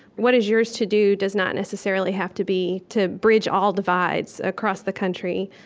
what is yours to do does not necessarily have to be to bridge all divides across the country.